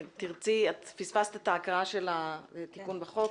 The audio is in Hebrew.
את פספסת את ההקראה של התיקון בחוק,